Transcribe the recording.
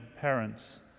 parents